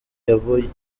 yabonye